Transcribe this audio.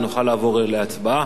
ונוכל לעבור להצבעה.